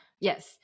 Yes